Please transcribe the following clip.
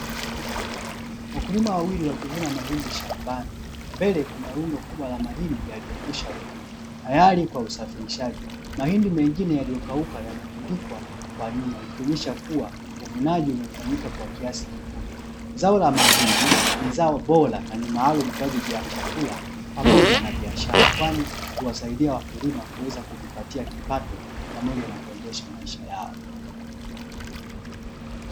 Wakulima wawili wakivuna mahindi shambani mbele kuna rundo kubwa la mahindi yaliyokwisha vunwa tayari kwa usafirishaji mahindi mengine yaliyokauka yamelundikwa kwa nyuma ikionyesha kuwa uvunaji umefanyika kwa kiasi kikubwa. Zao la mahindi ni zao bora na ni maalumu kwa ajili ya chakula pamoja na biashara kwani huwasaidia wakulima kuweza kujipatia kipato pamoja na kuendesha maisha yao.